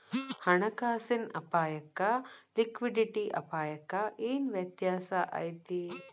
ಹಣ ಕಾಸಿನ್ ಅಪ್ಪಾಯಕ್ಕ ಲಿಕ್ವಿಡಿಟಿ ಅಪಾಯಕ್ಕ ಏನ್ ವ್ಯತ್ಯಾಸಾ ಐತಿ?